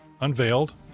unveiled